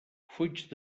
fuig